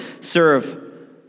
serve